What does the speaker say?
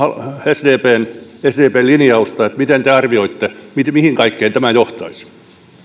sdpn linjausta miten te arvioitte mihin kaikkeen tämä johtaisi